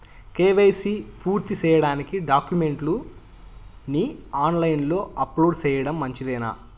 KYC పూర్తి సేయడానికి డాక్యుమెంట్లు ని ఆన్ లైను లో అప్లోడ్ సేయడం మంచిదేనా?